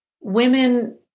women